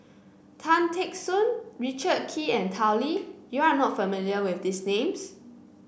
Tan Teck Soon Richard Kee and Tao Li you are not familiar with these names